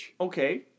Okay